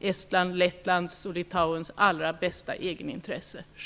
Estlands, Lettlands och Litauens egenintresse.